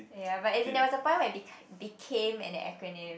ya but it's as in there was a point in time where became an acronym